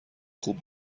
خوب